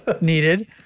needed